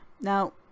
Now